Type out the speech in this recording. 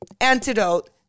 antidote